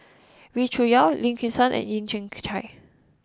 Wee Cho Yaw Lim Kim San and Yeo Kian Chai